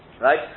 Right